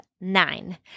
nine